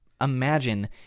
imagine